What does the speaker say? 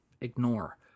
ignore